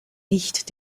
nicht